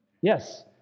Yes